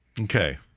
Okay